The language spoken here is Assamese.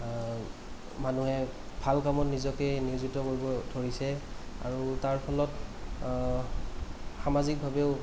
মানুহে ভাল কামত নিজকে নিয়োজিত কৰিব ধৰিছে আৰু তাৰ ফলত সামাজিকভাৱেও